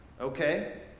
Okay